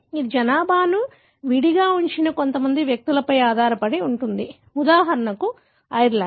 ఇది జనాభాను విడిగా ఉంచిన కొంతమంది వ్యక్తులపై ఆధారపడి ఉంటుంది ఉదాహరణకు ఐర్లాండ్